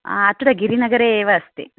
अत्र गिरिनगरे एव अस्ति